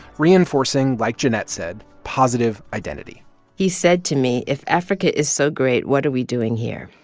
reinforcing, like jeanette said, positive identity he said to me, if africa is so great, what are we doing here?